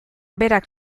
berak